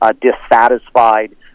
dissatisfied